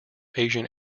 asian